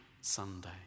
Sunday